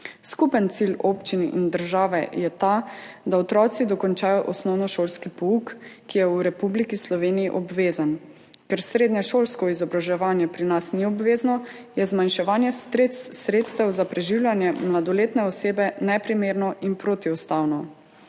Skupen cilj občin in države je ta, da otroci dokončajo osnovnošolski pouk, ki je v Republiki Sloveniji obvezen. Ker srednješolsko izobraževanje pri nas ni obvezno, je zmanjševanje sredstev za preživljanje mladoletne osebe neprimerno in protiustavno.